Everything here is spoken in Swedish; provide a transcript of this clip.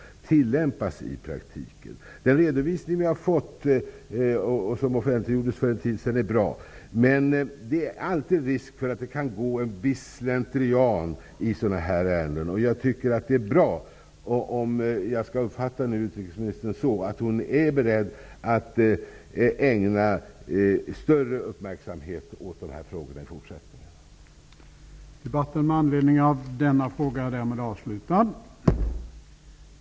Den redovisning som offentliggjordes för en tid sedan är bra, men det finns alltid en risk för att det kan gå en viss slentrian i sådana här ärenden. Jag uppfattar utrikesministern så, att hon är beredd att ägna större uppmärksamhet åt dessa frågor i fortsättningen. Det är bra.